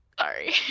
Sorry